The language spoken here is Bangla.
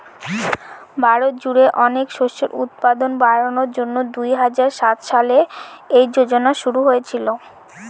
ভারত জুড়ে অনেক শস্যের উৎপাদন বাড়ানোর জন্যে দুই হাজার সাত সালে এই যোজনা শুরু হয়েছিল